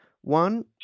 one